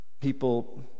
People